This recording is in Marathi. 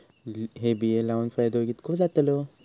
हे बिये लाऊन फायदो कितको जातलो?